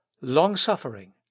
long-suffering